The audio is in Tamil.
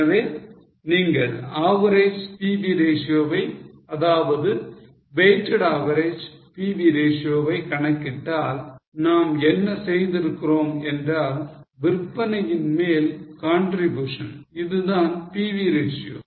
எனவே நீங்கள் average PV ratio வை அதாவது weighted average PV ratio வை கணக்கிட்டால் நாம் என்ன செய்திருக்கிறோம் என்றால் விற்பனையின் மேல் contribution இது தான் PV ratio